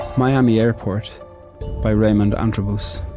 miami airport by raymond antrobus